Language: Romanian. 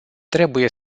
trebuie